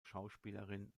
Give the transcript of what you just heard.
schauspielerin